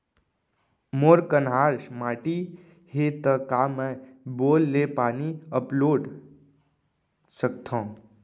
मोर कन्हार माटी हे, त का मैं बोर ले पानी अपलोड सकथव?